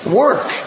work